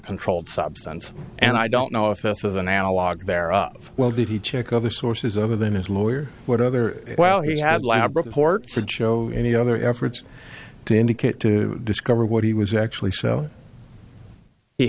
controlled substance and i don't know if this was an analog there well did he check other sources other than his lawyer what other well he had lab report said show any other efforts to indicate to discover what he was actually show he